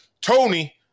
Tony